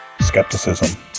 skepticism